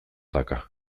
dauka